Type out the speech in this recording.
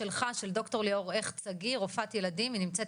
ד"ר ליאור הכט שגיא, רופאת ילדים.